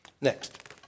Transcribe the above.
Next